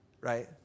right